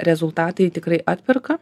rezultatai tikrai atperka